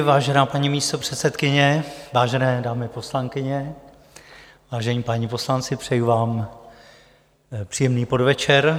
Vážená paní místopředsedkyně, vážené dámy poslankyně, vážení paní poslanci, přeju vám příjemný podvečer.